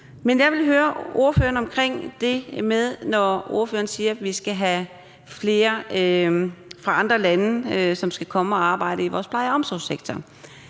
Men jeg vil høre ordføreren i forhold til det med, at ordføreren siger, at vi skal have flere fra andre lande, som skal komme og arbejde i vores pleje- og omsorgssektor.